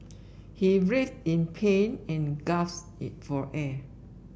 he writhed in pain and gasped it for air